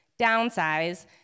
downsize